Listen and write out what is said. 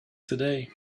today